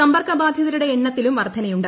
സമ്പർക്കബാധിതരുടെ എണ്ണത്തിലും വർധനയുണ്ട്